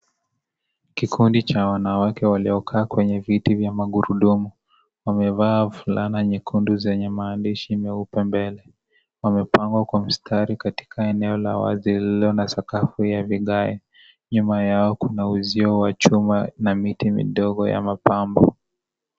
Kikundi cha wanawake waliokaa kwenye viti vya magurudumu. Wamevaa fulana nyekundu zenye maandishi meupe mbele. Wamepangwa kwa mstari katika eneo la wazi iliyo na sakafu ya vigae. Nyuma yao kuna uzio wa chuma na miti midogo ya mapambo.